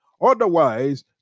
Otherwise